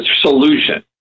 solution